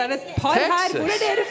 Texas